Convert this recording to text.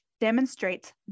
demonstrates